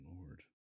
lord